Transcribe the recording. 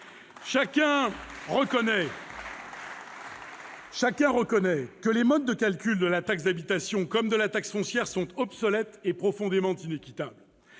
Chacun reconnaît que les modes de calcul de la taxe d'habitation comme de la taxe foncière sont obsolètes et profondément inéquitables.